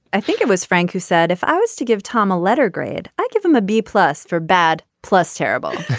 i think it was frank who said if i was to give tom a letter grade i give him a b plus for bad plus terrible.